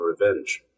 revenge